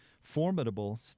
formidable